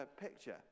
picture